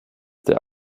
der